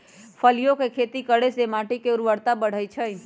फलियों के खेती करे से माटी के ऊर्वरता बढ़ई छई